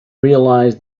realized